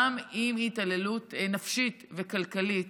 גם אם היא התעללות נפשית וכלכלית,